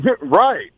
Right